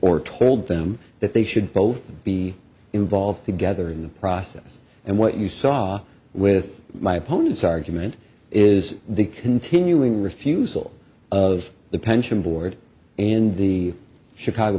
or told them that they should both be involved together in the process and what you saw with my opponent's argument is the continuing refusal of the pension board and the chicago